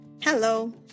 Hello